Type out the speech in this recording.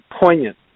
poignant